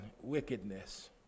wickedness